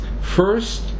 First